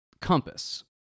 compass